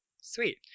Sweet